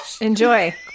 Enjoy